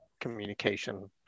communication